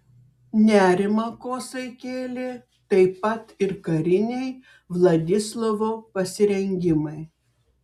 nerimą kosai kėlė taip pat ir kariniai vladislovo pasirengimai